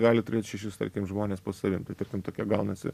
gali turėt šešis tarkim žmones po savim tai tarkim tokia gaunasi